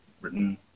written